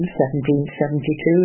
1772